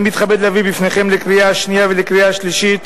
אני מתכבד להביא בפניכם לקריאה שנייה ולקריאה שלישית